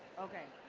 okay.